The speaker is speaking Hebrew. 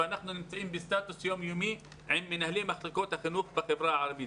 אנחנו נמצאים בסטטוס יום יומי עם מנהלי מחלקות החינוך בחברה הערבית.